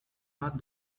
not